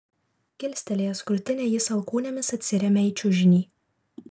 kilstelėjęs krūtinę jis alkūnėmis atsiremia į čiužinį